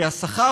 כי השכר,